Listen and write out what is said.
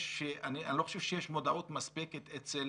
אני לא חושב שיש מודעות מספקת אצל